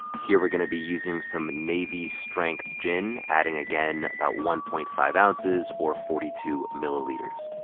here we're gonna be using some navy-strength gin, adding again about one point five ounces or forty two milliliters.